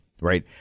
right